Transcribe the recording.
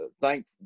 thank